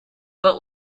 but